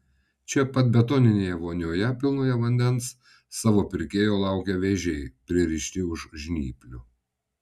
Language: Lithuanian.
čia pat betoninėje vonioje pilnoje vandens savo pirkėjo laukia vėžiai pririšti už žnyplių